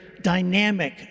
dynamic